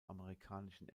amerikanischen